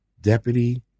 Deputy